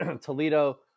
Toledo